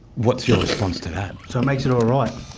what's your response to that? so it makes it all right.